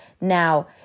Now